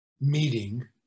meeting